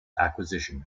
acquisition